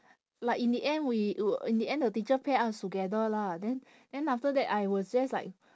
like in the end we w~ in the end the teacher pair us together lah then then after that I was just like